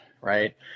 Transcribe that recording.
Right